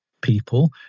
people